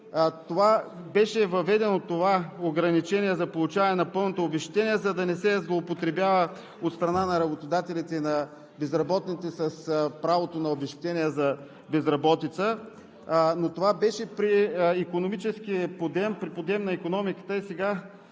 обезщетение. Ограничението за получаване на пълното обезщетение беше въведено, за да не се злоупотребява от страна на работодателите и на безработните с правото на обезщетение за безработица, но това беше при икономическия подем, при подем на икономиката. Сега